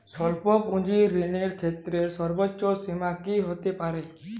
স্বল্প পুঁজির ঋণের ক্ষেত্রে সর্ব্বোচ্চ সীমা কী হতে পারে?